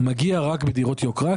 מגיע רק בדירות יוקרה,